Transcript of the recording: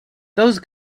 those